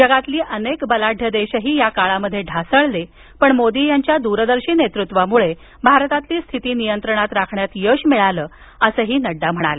जगातील अनेक बलाढ्य देशही या काळात ढासळले पण मोदी यांच्या दूरदर्शी नेतृत्वामुळे भारतातील स्थिती नियंत्रणात राखण्यात यश मिळालं असंही नड्डा म्हणाले